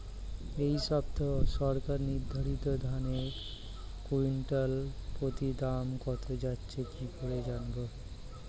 এই সপ্তাহে সরকার নির্ধারিত ধানের কুইন্টাল প্রতি দাম কত যাচ্ছে কি করে জানবো?